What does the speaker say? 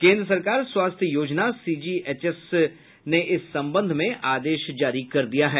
केन्द्र सरकार स्वास्थ्य योजना सीजीएचएस ने इस सम्बंध में आदेश जारी कर दिया है